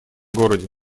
городе